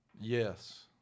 yes